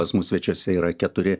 pas mus svečiuose yra keturi